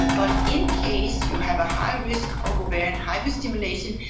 but in case you have a high risk of ovarian hyperstimulation,